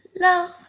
love